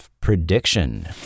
Prediction